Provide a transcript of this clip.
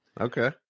Okay